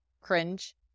cringe